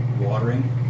watering